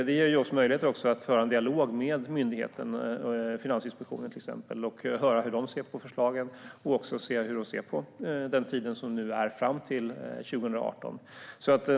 Det ger också möjligheter att föra en dialog med myndigheten, till exempel Finansinspektionen, och höra hur de ser på förslagen och ser på den tid som nu är fram till 2018.